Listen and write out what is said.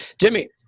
Jimmy